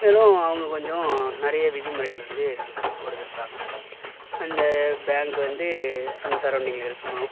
மேலும் அவங்க கொஞ்சம் நிறைய விதிமுறைகள் வந்து கொடுத்துயிருப்பாங்க அந்த பேங்க் வந்து அந்த சரௌண்டிங்கில் இருக்கணும்